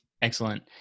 Excellent